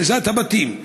הריסת הבתים,